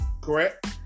Correct